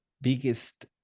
biggest